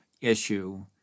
issue